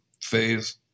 phase